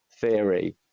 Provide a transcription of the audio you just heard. theory